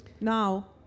now